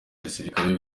gisirikare